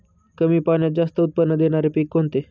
कमी पाण्यात जास्त उत्त्पन्न देणारे पीक कोणते?